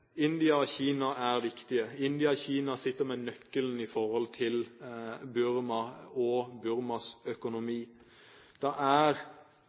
India og Kina er viktige. India og Kina sitter med nøkkelen når det gjelder Burma og Burmas økonomi.